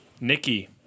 Nikki